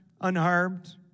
unharmed